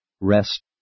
rest